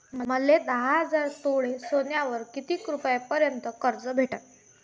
मले दहा तोळे सोन्यावर कितीक रुपया प्रमाण कर्ज भेटन?